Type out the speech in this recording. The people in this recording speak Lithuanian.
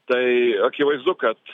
tai akivaizdu kad